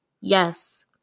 Yes